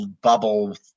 bubble